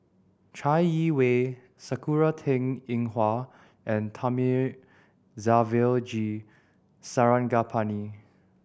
Chai Yee Wei Sakura Teng Ying Hua and Thamizhavel G Sarangapani